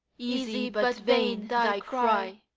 easy, but vain, thy cry!